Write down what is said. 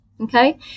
okay